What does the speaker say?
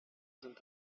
sind